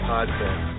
Podcast